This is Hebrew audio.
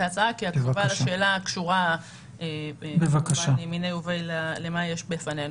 ההצעה כי התגובה לשאלה קשורה למה שיש בפנינו.